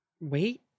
wait